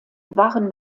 waren